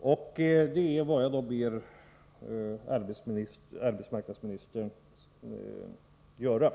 och det är vad jag då ber arbetsmarknadsministern göra.